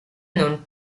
known